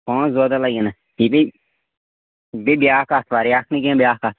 پانٛژھ دَہ دۄہ لَگن یہِ پیٚیہِ یہِ گٔے بیٛاکھ آتھوار یہِ اَکھ نہٕ کیٚنٛہہ بیٛاکھ اَکھ